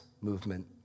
movement